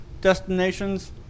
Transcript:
destinations